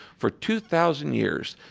for two thousand years,